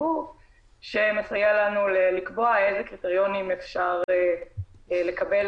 הציבור שמסייע לנו לקבוע איזה קריטריונים אפשר לקבל